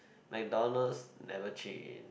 MacDonald's never change